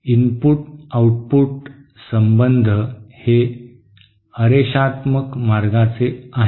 input output संबंध हे अरेषात्मक मार्गांचे आहे